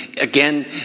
Again